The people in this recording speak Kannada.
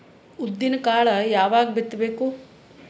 ಉದ್ದಿನಕಾಳು ಯಾವಾಗ ಬಿತ್ತು ಬೇಕು?